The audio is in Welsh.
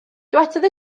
dywedodd